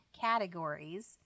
categories